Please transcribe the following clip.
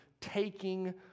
taking